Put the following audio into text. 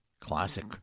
Classic